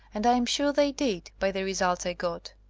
and i am sure they did, by the results i got.